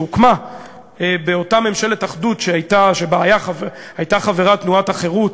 שהוקמה באותה ממשלת אחדות שבה הייתה חברה תנועת החרות